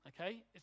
okay